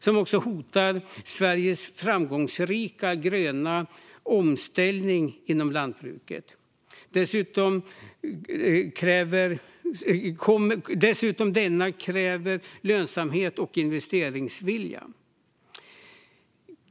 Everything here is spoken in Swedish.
De hotar också Sveriges framgångsrika gröna omställning inom lantbruket, eftersom denna kräver lönsamhet och investeringsvilja.